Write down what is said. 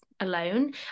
alone